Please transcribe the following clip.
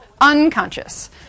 unconscious